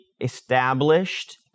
established